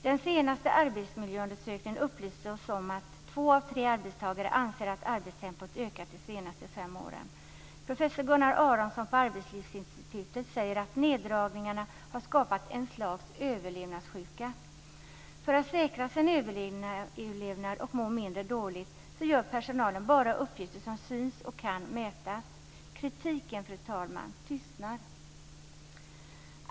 Den senaste arbetsmiljöundersökningen upplyste oss om att två av tre arbetstagare anser att arbetstempot ökat de senaste fem åren. Professor Gunnar Aronsson på Arbetslivsinstitutet säger att neddragningarna har skapat ett slags överlevnadssjuka. För att säkra sin överlevnad och må mindre dåligt gör personalen bara uppgifter som syns och kan mätas. Kritiken, fru talman, tystnar!